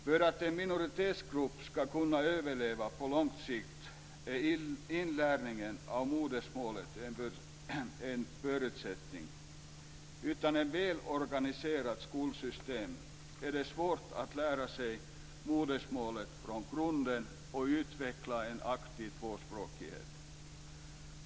För att en minoritetsgrupp ska kunna överleva på lång sikt är inlärningen av modersmålet en förutsättning. Utan ett väl organiserat skolsystem är det svårt att lära sig modersmålet från grunden och utveckla en aktiv tvåspråkighet.